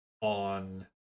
on